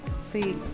See